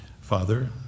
Father